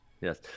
yes